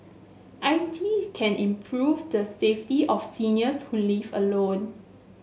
I T can improve the safety of seniors who live alone